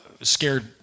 scared